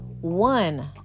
one